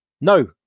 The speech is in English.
No